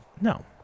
No